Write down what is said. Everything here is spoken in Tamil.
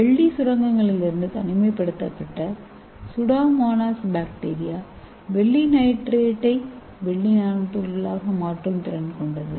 வெள்ளி சுரங்கங்களிலிருந்து தனிமைப்படுத்தப்பட்ட சூடோமோனாஸ் பாக்டீரியா வெள்ளிநைட்ரேட்டை வெள்ளி நானோதுகள்களாக மாற்றும் திறன் கொண்டது